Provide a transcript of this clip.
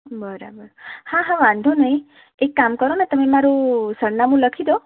બરાબર હા હા વાંધો નહીં એક કામ કરો ને તમે મારું સરનામું લખી દો